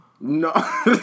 No